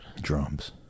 Drums